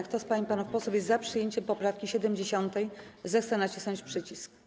Kto z pań i panów posłów jest za przyjęciem poprawki 70., zechce nacisnąć przycisk.